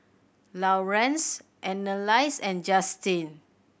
Laurance Annalise and Justyn